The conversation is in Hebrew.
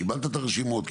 קיבלת את הרשימות,